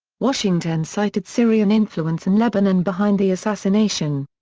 washington cited syrian influence in lebanon behind the assassination.